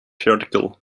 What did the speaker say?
theoretical